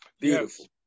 Beautiful